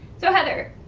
so heather,